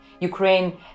Ukraine